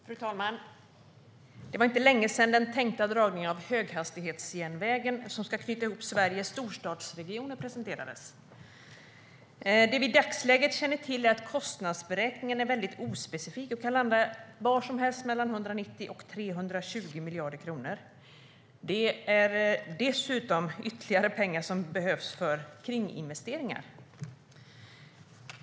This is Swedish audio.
Fru talman! Det var inte länge sedan den tänkta dragningen av höghastighetsjärnvägen som ska knyta ihop Sveriges storstadsregioner presenterades. Det vi i dagsläget känner till är att kostnadsberäkningen är ospecifik och kan landa var som helst mellan 190 och 320 miljarder kronor. Det behövs dessutom ytterligare pengar för kringinvesteringar.